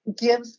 give